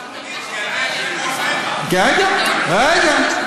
רגע, רגע,